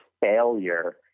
failure